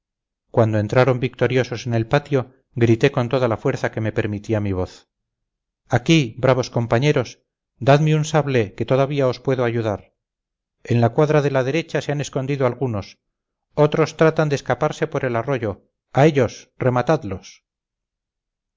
cuando entraron victoriosos en el patio grité con toda la fuerza que me permitía mi voz aquí bravos compañeros dadme un sable que todavía os puedo ayudar en la cuadra de la derecha se han escondido algunos otros tratan de escaparse por el arroyo a ellos rematadlos